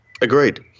agreed